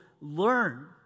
learn